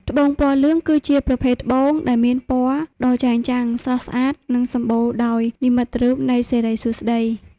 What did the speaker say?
ត្បូងពណ៌លឿង គឺជាប្រភេទត្បូងដែលមានពណ៌ដ៏ចែងចាំង ស្រស់ស្អាត និងសម្បូរទៅដោយនិមិត្តរូបនៃសិរីសួស្តី។